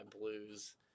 blues